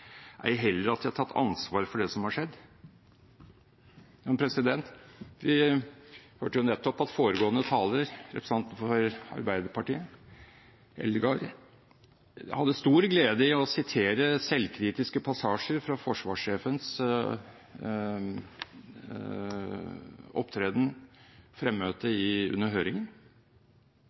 ei heller at de har tatt ansvar for det som har skjedd.» Men vi hørte jo nettopp at foregående taler, representanten fra Arbeiderpartiet, Eldegard, hadde stor glede av å sitere selvkritiske passasjer fra forsvarssjefens opptreden under høringen.